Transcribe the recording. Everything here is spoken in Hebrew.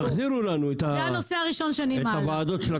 זה הנושא הראשון שאני מעלה,